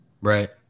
Right